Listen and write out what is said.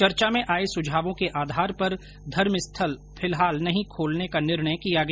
चर्चा में आये सुझावों के आधार पर धर्मस्थल फिलहाल नहीं खोलने का निर्णय किया गया